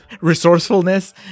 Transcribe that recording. resourcefulness